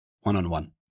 one-on-one